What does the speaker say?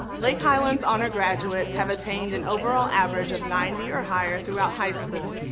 lake highlands honor graduates have attained an overall average of ninety or higher throughout high school.